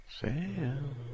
Sam